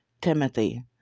Timothy